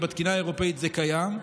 ובתקינה האירופית זה קיים.